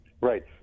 Right